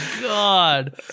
God